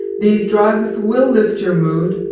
these drugs will lift your mood,